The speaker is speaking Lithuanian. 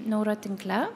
neuro tinkle